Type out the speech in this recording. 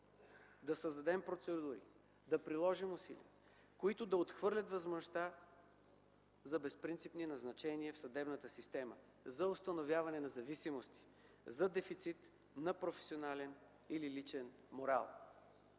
да създадем процедури, които да отхвърлят възможността за безпринципни назначения в съдебната система, за установяване на зависимости, за дефицит на професионален или личен морал.